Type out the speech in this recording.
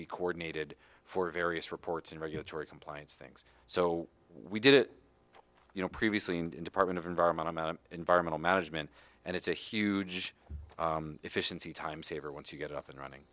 be coordinated for various reports and regulatory compliance things so we did it you know previously in department of environment amount of environmental management and it's a huge efficiency timesaver once you get up and running